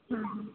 ହୁଁ ହୁଁ